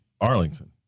Arlington